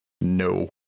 no